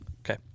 Okay